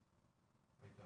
פרקליטה